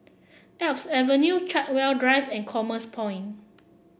Alps Avenue Chartwell Drive and Commerce Point